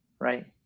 right